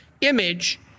image